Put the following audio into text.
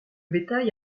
bétail